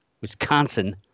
Wisconsin